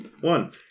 One